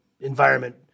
environment